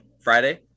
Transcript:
Friday